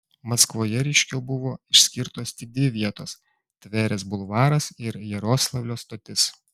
maskvoje ryškiau buvo išskirtos tik dvi vietos tverės bulvaras ir jaroslavlio stotis